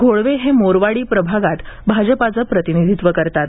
घोळवे हे मोरवाडी प्रभागात भाजपाचे प्रतिनिधित्व करतात